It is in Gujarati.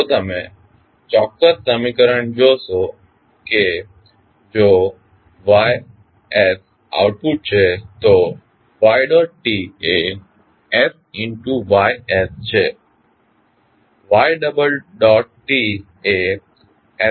તેથી જો તમે ચોક્ક્સ સમીકરણ જોશો કે જો Ys આઉટપુટ છે તો yt એ sY છે ytએs2Ys છે